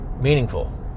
meaningful